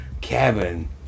cabin